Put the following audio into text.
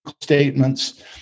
statements